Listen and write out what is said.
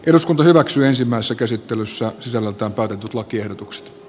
eduskunta hyväksyi ensimmäisen käsittelyssä sisällöltään pakatut lakiehdotuks